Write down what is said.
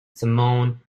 samoan